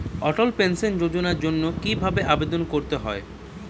অটল pension যোজনার জন্য কি ভাবে আবেদন করতে হয়?